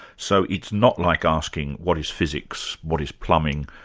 so it's not like asking what is physics? what is plumbing?